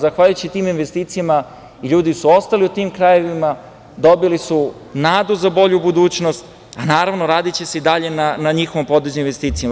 Zahvaljujući tim investicijama, ljudi su ostali u tim krajevima, dobili su nadu za bolju budućnost, a naravno, radiće se i dalje na investicijama.